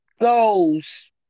goes